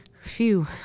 phew